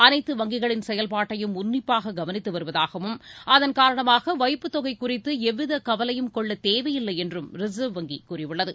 அனைத்து வங்கிகளின் செயல்பாட்டையும் உன்னிப்பாக கவனித்து வருவதாகவும் அதன் காரணமாக வைப்புத் தொகை குறித்து எவ்வித கவலையும் கொள்ளத் தேவையில்லை என்றும் ரிசர்வ் வங்கி கூறியுள்ளது